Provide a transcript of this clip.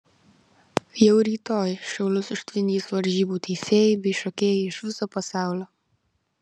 jau rytoj šiaulius užtvindys varžybų teisėjai bei šokėjai iš viso pasaulio